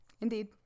Indeed